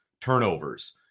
turnovers